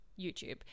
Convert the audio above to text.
youtube